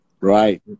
Right